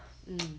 mm